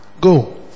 go